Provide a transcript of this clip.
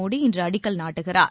மோடி இன்று அடிக்கல் நாட்டுகிறார்